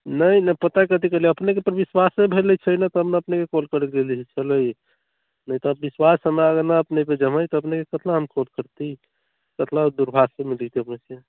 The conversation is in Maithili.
नहि नहि पता कथी करि ली अपनेपर तऽ विश्वासे भेले छै ने तब ने अपनेके कॉल करै छली नहि तऽ विश्वास हमरा अगर नहि अपनेपर जमै तऽ अपनेके कितना हम खुद करती तब तऽ दूरभाषेमे देती अपनेसँ